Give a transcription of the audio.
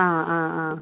ആ ആ ആ